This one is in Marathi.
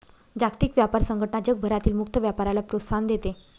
जागतिक व्यापार संघटना जगभरातील मुक्त व्यापाराला प्रोत्साहन देते